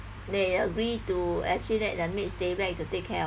they agree to actually let the maids stay back to take care of